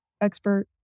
expert